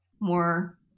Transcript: more